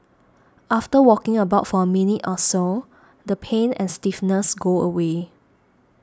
after walking about for a minute or so the pain and stiffness go away